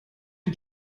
did